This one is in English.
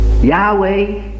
Yahweh